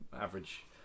average